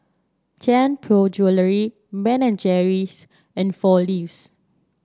Tianpo Jewellery Ben and Jerry's and Four Leaves